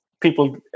people